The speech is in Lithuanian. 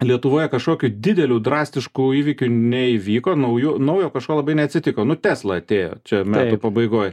lietuvoje kažkokių didelių drastiškų įvykių neįvyko naujų naujo kažko labai neatsitiko nu tesla atėjo čia metų pabaigoj